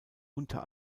unter